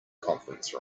conference